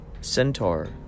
Centaur